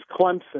Clemson